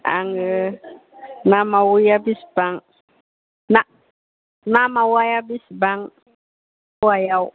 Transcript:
आङो ना मावाया बेसेबां ना ना मावाया बेसेबां फवायाव